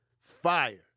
fire